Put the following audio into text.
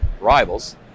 rivals